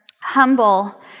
humble